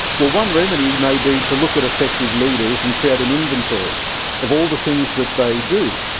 well, one remedy may be to look at effective leaders and create an inventory of all the things that they do.